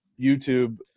YouTube